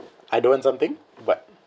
I don't want something but